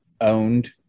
owned